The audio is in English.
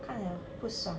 看了不爽